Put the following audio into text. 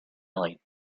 valley